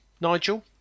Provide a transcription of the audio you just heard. Nigel